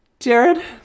Jared